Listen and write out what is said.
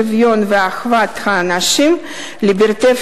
שוויון ואחוות האנשים" Liberté,